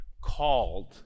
called